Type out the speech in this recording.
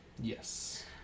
Yes